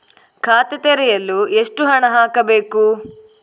ಖಾತೆ ತೆರೆಯಲು ಎಷ್ಟು ಹಣ ಹಾಕಬೇಕು?